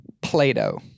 Plato